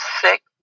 sick